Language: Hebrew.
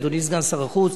אדוני סגן שר החוץ,